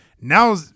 Now